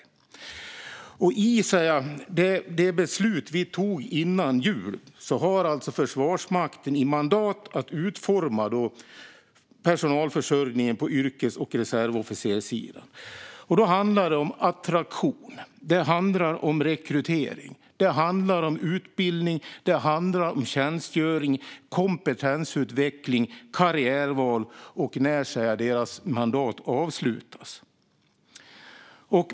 I och med det beslut vi tog innan jul har Försvarsmakten mandat att utforma personalförsörjningen på yrkes och reservofficerssidan. Då handlar det om attraktion, och det handlar om rekrytering. Det handlar om utbildning, tjänstgöring, kompetensutveckling, karriärval och när deras mandat avslutas.